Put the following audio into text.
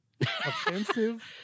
Offensive